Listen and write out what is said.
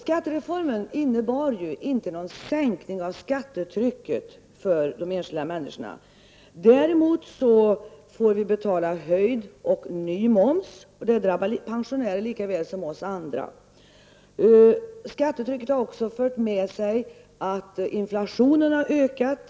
Skattereformen innebar ju inte någon sänkning av skattetrycket för de enskilda människorna. Däremot måste vi betala höjd och ny moms, och det drabbar pensionärerna lika mycket som oss andra. Skattetrycket har också fört med sig att inflationen har ökat.